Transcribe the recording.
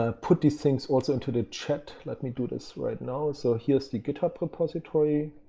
ah put these things also into the chat. let me do this right now. so here's the github repository,